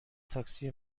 تاکسی